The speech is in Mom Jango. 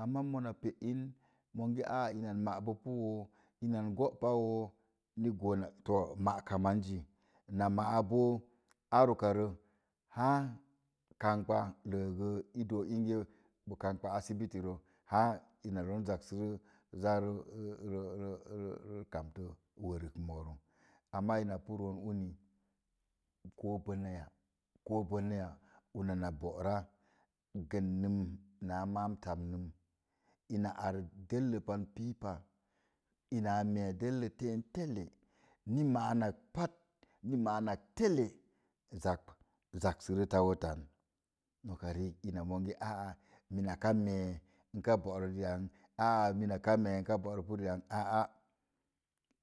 Amaa mona pe’ in, monge aa inan ma'bopu woo, ina go'pa woo, ni goon nak too ma'ka man zi. Na ma'a bo ar ukarə haa kangba ləəgə i dook inge bo kangba ar sibiti rə, haa ina roon zak sə zaarə rə rə rə kamtə wərək moorə. Amaa ina pu roon uni, ko bonaya, ko bonaya, una na bo'ra, gənnəm naa maam tamnəm. Ina oor dəlla pan piipa, ina a mee dəllə te'en telle, ni ma'an nak pat, ni ma'annak telle, zak zak sə re tawotan. Noka riik ina monge aa mina ka mee, nka po'rə ri'an, aa minaka mee nka bo'rəpu ri'an. Aa,